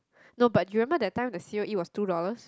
no but remember that time the C_O_E two dollars